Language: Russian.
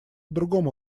другому